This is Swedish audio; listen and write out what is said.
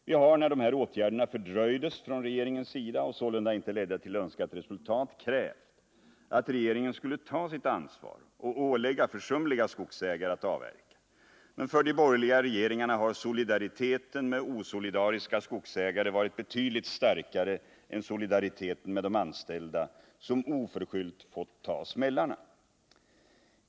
Vi har, när dessa åtgärder fördröjdes från regeringens sida och sålunda inte ledde till Önskat resultat, krävt att regeringen skulle ta sitt ansvar och ålägga försumliga skogsägare att avverka. Men för de borgerliga regeringarna har solidariteten med osolidariska skogsägare varit betydligt starkare än solidariteten med de anställda, som oförskyllt får ta smällarna.